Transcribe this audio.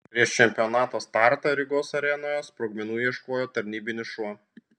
prieš čempionato startą rygos arenoje sprogmenų ieškojo tarnybinis šuo